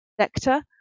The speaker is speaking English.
sector